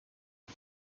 die